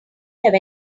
have